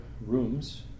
rooms